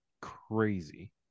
crazy